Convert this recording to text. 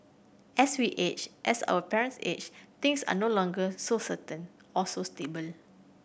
as we age as our parents age things are no longer so certain or so stable